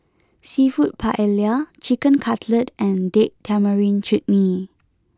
Seafood Paella Chicken Cutlet and Date Tamarind Chutney